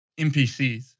NPCs